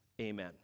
Amen